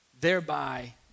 thereby